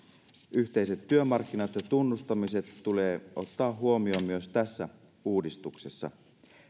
yhteiset työmarkkinat ja tunnustamiset tulee ottaa huomioon myös tässä uudistuksessa